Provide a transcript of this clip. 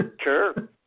Sure